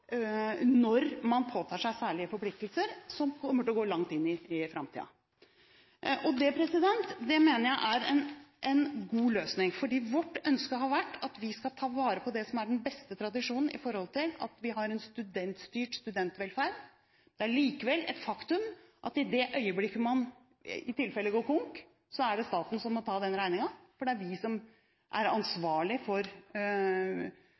når man påtar seg særlige forpliktelser som kommer til å strekke seg langt inn i framtiden. Dette mener jeg er en god løsning, for vårt ønske har vært at vi skal ta vare på det som er den beste tradisjonen med hensyn til at vi har en studentstyrt studentvelferd. Det er likevel et faktum at i det øyeblikket man i tilfelle går konk, er det staten som må ta den regningen, for det er vi som er ansvarlige for